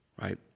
right